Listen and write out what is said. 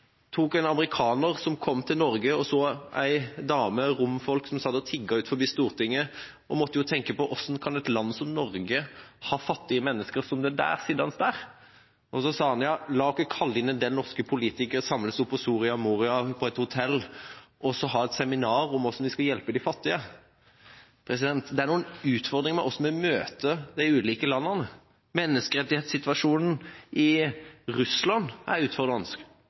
en amerikaner som kom til Norge. Han så en dame fra romfolket som satt og tigget utenfor Stortinget, og måtte tenke på hvordan et land som Norge kan ha fattige mennesker sittende der. Så sa han: La oss kalle inn en del norske politikere, samles oppe på Soria Moria – på et hotell – og ha et seminar om hvordan vi skal hjelpe de fattige. Det er noen utfordringer knyttet til hvordan vi møter de enkelte landene. Menneskerettighetssituasjonen i Russland er utfordrende,